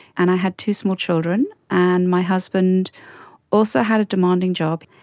and i had two small children, and my husband also had a demanding job.